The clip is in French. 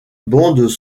bandes